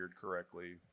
correctly